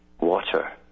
water